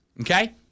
Okay